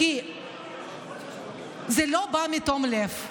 כי זה לא בא מתום לב,